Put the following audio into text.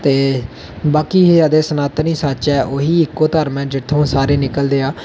ते बाकी ऐ ते सनातन ई सच ऐ ओह् ही इक्को धर्म ऐ जित्थूं सारे निकलदे ऐ